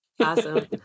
Awesome